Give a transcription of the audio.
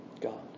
God